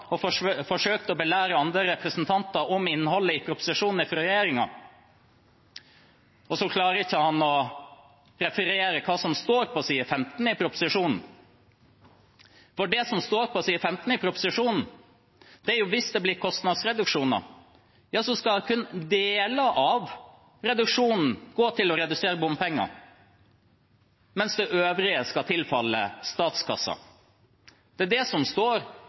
stad og forsøkte å belære andre representanter om innholdet i proposisjonen fra regjeringen, men klarer ikke å referere hva som står på side 15 i proposisjonen. Det som står på side 15 i proposisjonen, er at hvis det blir kostnadsreduksjoner, skal kun deler av reduksjonen gå til å redusere bompenger, mens det øvrige skal tilfalle statskassa. Det er det som står